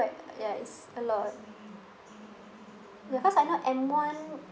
ya it's a lot ya cause I know M one